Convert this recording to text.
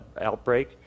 outbreak